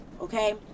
okay